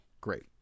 Great